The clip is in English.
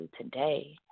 today